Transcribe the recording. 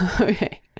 okay